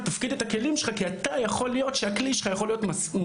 צריך להפקיד את הכלים שלי כי הכלי שלי יכול להיות מוסב,